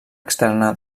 externa